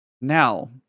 Now